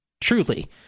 Truly